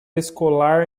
escolar